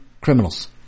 criminals